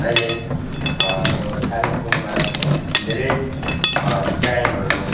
अहिले हाम्रो कालिम्पोङमा धेरै क्राइमहरू